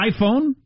iPhone